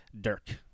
Dirk